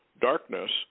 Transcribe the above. darkness